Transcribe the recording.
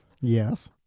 Yes